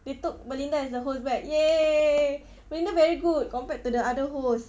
they took belinda as the host back !yay! belinda very good compared to the other hosts